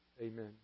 Amen